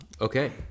okay